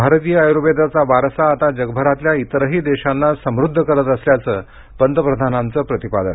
भारतीय आयूर्वेदाचा वारसा आता जगभरातल्या इतरही देशांना समुद्ध करत असल्याचं पंतप्रधानांचं प्रतिपादन